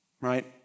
right